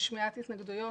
בשמיעת התנגדויות.